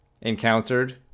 encountered